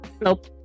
nope